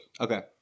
Okay